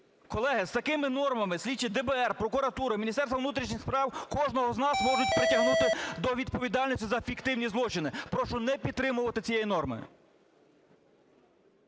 Колеги, з такими нормами слідчий ДБР, прокуратури, Міністерства внутрішніх справ кожного з нас можуть притягнути до відповідальності за фіктивні злочини. Прошу не підтримувати цієї норми.